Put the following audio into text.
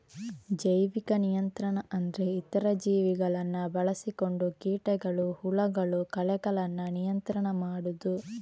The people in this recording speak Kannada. ಜೈವಿಕ ನಿಯಂತ್ರಣ ಅಂದ್ರೆ ಇತರ ಜೀವಿಗಳನ್ನ ಬಳಸಿಕೊಂಡು ಕೀಟಗಳು, ಹುಳಗಳು, ಕಳೆಗಳನ್ನ ನಿಯಂತ್ರಣ ಮಾಡುದು